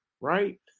right